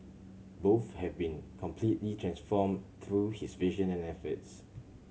both have been completely transformed through his vision and efforts